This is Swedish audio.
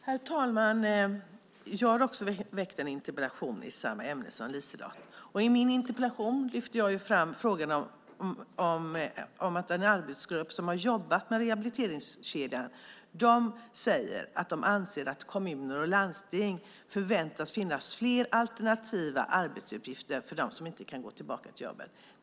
Herr talman! Jag har också väckt en interpellation i samma ämne som LiseLotte. I min interpellation lyfter jag fram frågorna om att en arbetsgrupp som har jobbat med rehabiliteringskedjan anser att kommuner och landsting förväntas finna fler alternativa arbetsuppgifter för dem som inte kan gå tillbaka till jobbet.